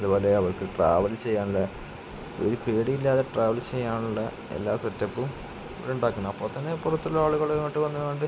അതുപോലെ അവർക്ക് ട്രാവല് ചെയ്യാനുള്ള ഒരു പേടിയില്ലാതെ ട്രാവല് ചെയ്യാനുള്ള എല്ലാ സെറ്റപ്പും ഇവിടുണ്ടാക്കണം അപ്പോള് തന്നെ പുറത്തുള്ള ആളുകള് ഇങ്ങോട്ട് വന്നുകണ്ട്